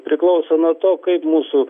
priklauso nuo to kaip mūsų